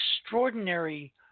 extraordinary